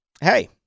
hey